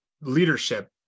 leadership